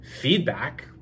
Feedback